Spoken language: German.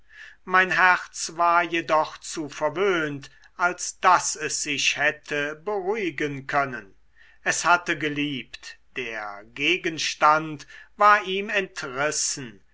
mein herz war jedoch zu verwöhnt als daß es sich hätte beruhigen können es hatte geliebt der gegenstand war ihm entrissen